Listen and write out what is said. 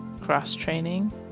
cross-training